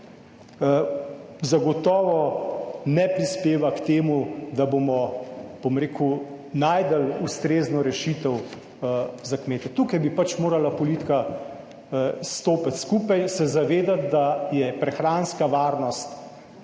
zagotovo ne prispeva k temu, da bomo, bom rekel, našli ustrezno rešitev za kmete. Tukaj bi pač morala politika stopiti skupaj, se zavedati, 71. TRAK: (NB)